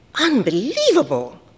Unbelievable